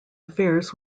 affairs